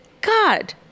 God